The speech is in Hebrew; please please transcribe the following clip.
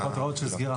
הוראות של סגירה.